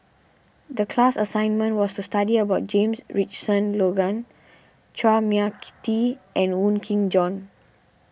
the class assignment was to study about James Richardson Logan Chua Mia Tee and Wong Kin Jong